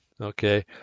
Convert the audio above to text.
Okay